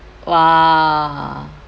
!wah!